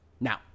Now